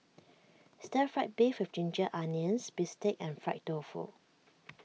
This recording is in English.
Stir Fry Beef with Ginger Onions Bistake and Fried Tofu